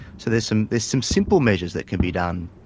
so there's some there's some simple measures that can be done.